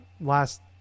last